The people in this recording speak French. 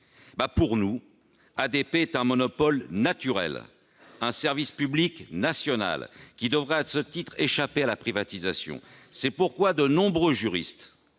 Pour nous, ADP est un monopole naturel, un service public national qui devrait, à ce titre, échapper à la privatisation. Il faut le justifier. C'est pourquoi de nombreux juristes,